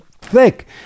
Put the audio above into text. thick